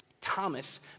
Thomas